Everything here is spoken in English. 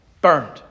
burned